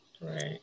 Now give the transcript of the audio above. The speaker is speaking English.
right